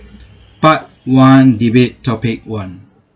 part one debate topic one